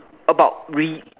about re~